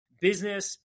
business